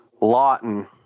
Lawton